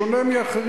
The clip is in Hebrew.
יושב-ראש ועדת החוקה,